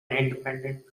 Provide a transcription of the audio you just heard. independent